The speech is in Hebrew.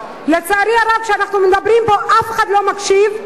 לצערי הרב, כשאנחנו מדברים פה אף אחד לא מקשיב,